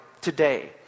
today